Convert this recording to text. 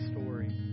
story